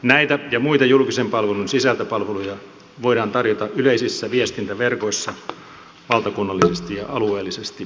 näitä ja muita julkisen palvelun sisältöpalveluja voidaan tarjota yleisissä viestintäverkoissa valtakunnallisesti ja alueellisesti